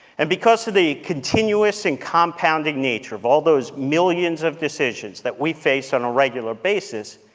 and because of the continuous and compounding nature of all those millions of decisions that we face on a regular basis,